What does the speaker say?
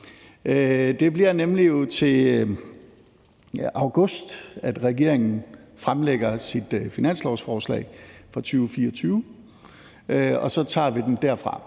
Det bliver nemlig jo til august, at regeringen fremlægger sit finanslovsforslag for 2024, og så tager vi den derfra.